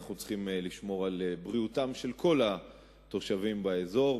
אנחנו צריכים לשמור על בריאותם של כל התושבים באזור,